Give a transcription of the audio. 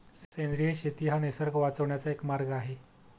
सेंद्रिय शेती हा निसर्ग वाचवण्याचा एक मार्ग आहे